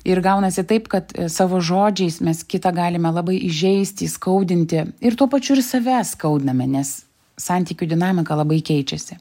ir gaunasi taip kad savo žodžiais mes kitą galime labai įžeisti įskaudinti ir tuo pačiu ir save skaudiname nes santykių dinamika labai keičiasi